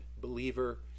believer